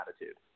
attitude